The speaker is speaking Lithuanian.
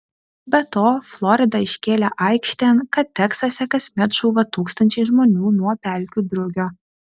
be to florida iškėlė aikštėn kad teksase kasmet žūva tūkstančiai žmonių nuo pelkių drugio